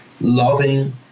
loving